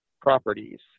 Properties